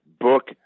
book